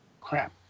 Crap